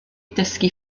dysgu